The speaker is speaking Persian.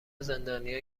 زندانیها